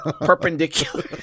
Perpendicular